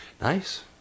nice